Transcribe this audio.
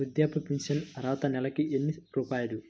వృద్ధాప్య ఫింఛను అర్హత నెలకి ఎన్ని రూపాయలు?